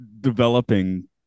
developing